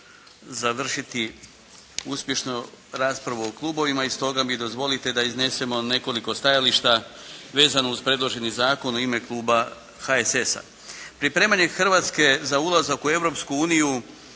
Hrvatske za ulazak u